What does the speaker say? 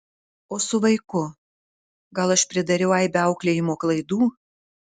o su vaiku gal aš pridariau aibę auklėjimo klaidų